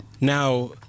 now